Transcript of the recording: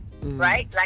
right